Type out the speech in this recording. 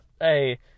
hey